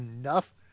enough